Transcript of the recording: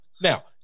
Now